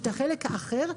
יש את החלק האחר,